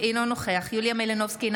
אינו נוכח יוליה מלינובסקי,